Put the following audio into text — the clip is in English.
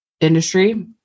industry